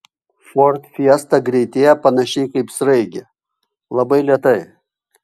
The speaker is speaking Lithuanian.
ford fiesta greitėja panašiai kaip sraigė labai lėtai